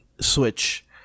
Switch